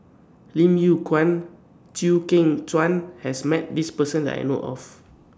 Lim Yew Kuan and Chew Kheng Chuan has Met This Person that I know of